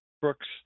Brooks